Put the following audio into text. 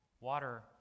water